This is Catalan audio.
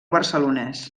barcelonès